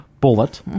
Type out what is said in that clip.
bullet